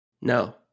No